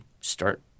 start